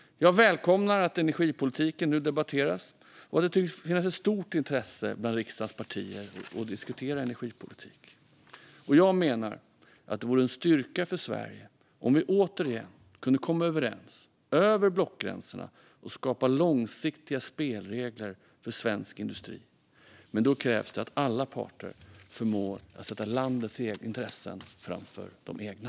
Jag välkomnar att energipolitiken nu debatteras och att det tycks finnas ett stort intresse bland riksdagens partier av att diskutera energipolitik. Jag menar att det vore en styrka för Sverige om vi återigen kunde komma överens över blockgränserna och skapa långsiktiga spelregler för svensk industri. Men då krävs det att alla parter förmår att sätta landets intressen framför de egna.